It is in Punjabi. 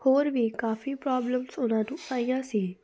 ਹੋਰ ਵੀ ਕਾਫੀ ਪ੍ਰੋਬਲਮਸ ਉਹਨਾਂ ਨੂੰ ਆਈਆਂ ਸੀ